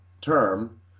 term